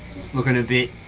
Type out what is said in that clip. it's looking a bit,